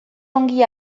ongi